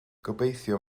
gobeithio